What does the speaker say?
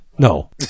No